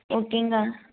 ஓகேங்க